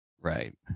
right